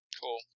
Cool